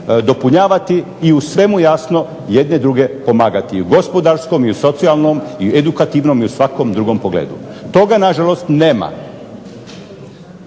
dopunjavati i u svemu jasno jedne druge pomagati i u gospodarskom, socijalnom, edukativnom i u svakom drugom pogledu. toga nažalost nema.